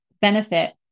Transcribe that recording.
benefit